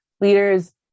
leaders